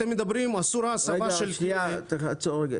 אתם מדברים --- שנייה, עצור רגע.